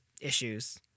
issues